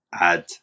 add